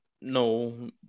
no